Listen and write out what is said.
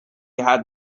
had